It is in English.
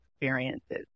experiences